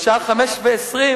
השעה 05:20,